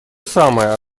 самое